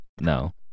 no